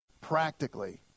practically